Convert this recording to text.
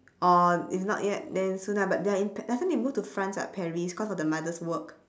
or if not yet then soon ah but they're in I think they move to france [what] paris cause of the mother's work